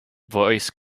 voice